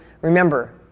remember